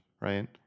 right